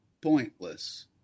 pointless